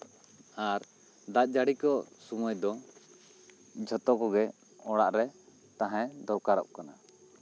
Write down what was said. ᱟᱨ ᱫᱟᱜ ᱡᱟᱹᱲᱤ ᱠᱚ ᱥᱚᱢᱚᱭ ᱫᱚ ᱡᱷᱚᱛᱚ ᱠᱚᱜᱮ ᱚᱲᱟᱜᱨᱮ ᱛᱟᱦᱮᱱ ᱫᱚᱨᱠᱟᱨᱚᱜ ᱠᱟᱱᱟ